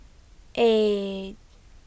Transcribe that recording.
eight